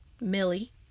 Millie